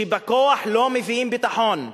שבכוח לא מביאים ביטחון.